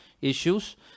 issues